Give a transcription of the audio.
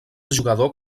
jugador